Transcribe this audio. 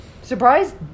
surprise